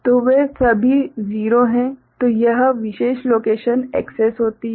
तो वे सभी 0 हैं तो यह विशेष लोकेशन एक्सैस होती हैं